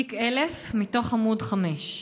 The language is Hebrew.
תיק 1000, מתוך עמ' 5: